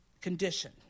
condition